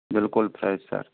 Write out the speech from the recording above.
बिल्कुल fresh sir